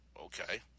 Okay